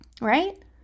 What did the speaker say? Right